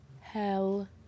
Hell